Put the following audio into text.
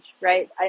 right